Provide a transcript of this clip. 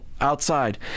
outside